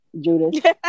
Judas